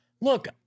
look